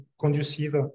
conducive